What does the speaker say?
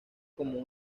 como